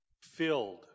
filled